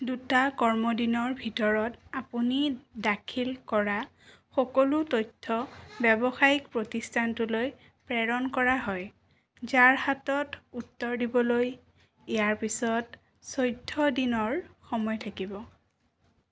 দুটা কৰ্মদিনৰ ভিতৰত আপুনি দাখিল কৰা সকলো তথ্য ব্যৱসায়িক প্ৰতিস্থানটোলৈ প্ৰেৰণ কৰা হয় যাৰ হাতত উত্তৰ দিবলৈ ইয়াৰ পিছত চৈধ্য দিনৰ সময় থাকিব